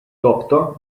тобто